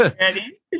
Ready